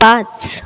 पाच